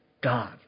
God